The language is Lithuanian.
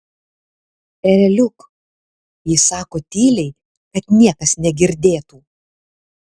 ereliuk ji sako tyliai kad niekas negirdėtų